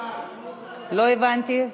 בדיוק ביום הזה, הכנסת הזאת לא הוכיחה את עצמה.